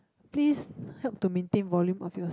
please help to maintain volume of yours